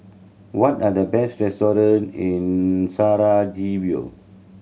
what are the best restaurant in Sarajevo